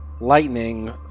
lightning